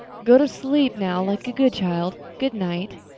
go to sleep now like a good child. good night.